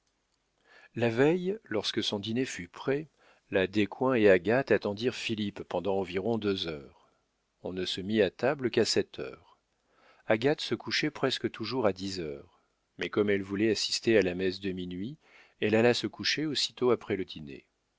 la veille lorsque son dîner fut prêt la descoings et agathe attendirent philippe pendant environ deux heures on ne se mit à table qu'à sept heures agathe se couchait presque toujours à dix heures mais comme elle voulait assister à la messe de minuit elle alla se coucher aussitôt après le dîner